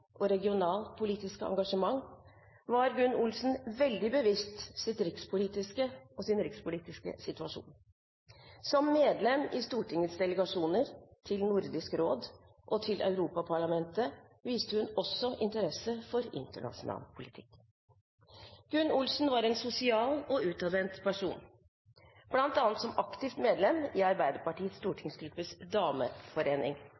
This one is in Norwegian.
og regionalpolitiske engasjement var Gunn Olsen seg veldig bevisst det rikspolitiske og den rikspolitiske situasjon. Som medlem i Stortingets delegasjoner til Nordisk råd og til Europaparlamentet viste hun også interesse for internasjonal politikk. Gunn Olsen var en sosial og utadvendt person, bl.a. som aktivt medlem i Arbeiderpartiets